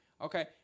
Okay